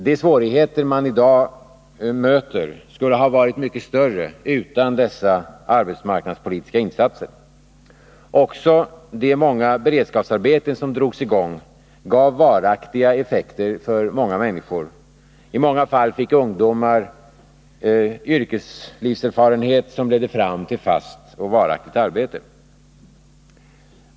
De svårigheter man i dag möter skulle ha varit mycket större utan dessa arbetsmarknadspolitiska insatser. Också de många beredskapsarbeten som drogs i gång gav varaktiga effekter för många människor. I många fall fick ungdomar yrkeslivserfarenhet som ledde fram till fast och varaktigt arbete.